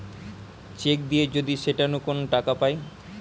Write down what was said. check দিয়ে যদি সেটা নু কোন টাকা না পায়